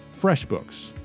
FreshBooks